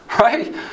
right